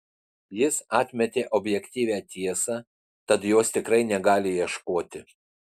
jis atmetė objektyvią tiesą tad jos tikrai negali ieškoti